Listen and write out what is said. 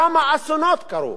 כמה אסונות קרו.